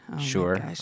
Sure